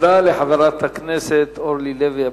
תודה לחברת הכנסת אורלי לוי אבקסיס.